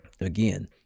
again